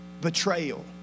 betrayal